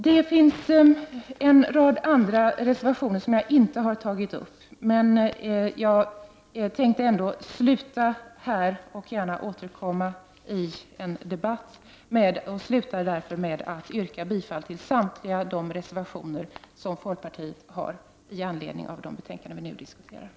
Det finns en rad andra reservationer som jag inte har tagit upp, men jag tänkte ändå sluta här och gärna återkomma senare i debatten. Jag slutar därför med att yrka bifall till samtliga de reservationer som folkpartiet har avgivit i anledning av de betänkanden som nu diskuteras.